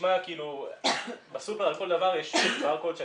אני